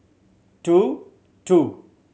two two